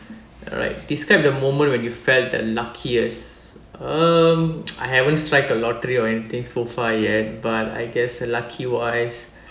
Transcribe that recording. alright describe the moment when you felt the luckiest uh I haven't strike a lottery or anything so far yet but I guess the lucky wise